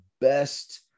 best